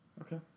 Okay